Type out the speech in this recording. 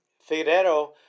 Figueroa